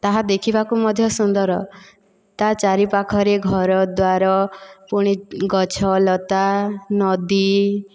ତାହା ଦେଖିବାକୁ ମଧ୍ୟ ସୁନ୍ଦର ତା' ଚାରି ପାଖରେ ଘରଦ୍ଵାର ପୁଣି ଗଛ ଲତା ନଦୀ